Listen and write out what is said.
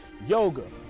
yoga